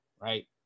right